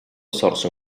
sorse